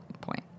point